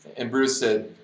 and bruce said,